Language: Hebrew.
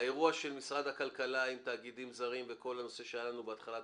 האירוע של משרד הכלכלה עם תאגידים זרים וכל הנושא שהיה לנו בהתחלה,